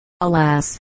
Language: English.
Alas